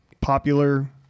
popular